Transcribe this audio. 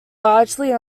largely